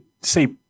say